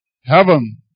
heaven